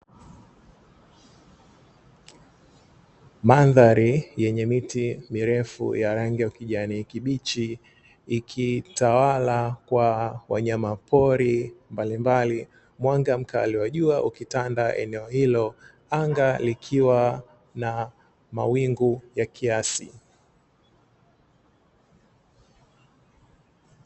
Madhari yenye miti mirefu ya rangi ya kijani kibichi ikitawala kwa wanyama pori mbalimbali, mwanga mkali wa jua ukitanda eneo hilo anga likiwa na mawingu ya kiasi.